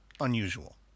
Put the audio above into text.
unusual